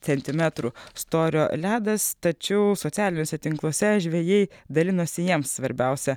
centimetrų storio ledas tačiau socialiniuose tinkluose žvejai dalinosi jiems svarbiausia